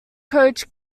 coach